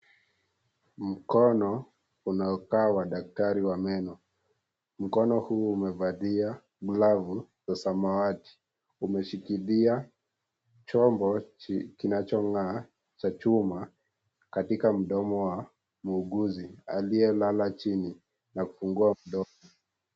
Mkono unaokaa wa daktari wa meno, mkono huu umevalia glavu za samawati, umeshikilia chombo kinachongaa cha chuma katika mdomo wa muuguzi aliyelala chini na kufungua mdomo.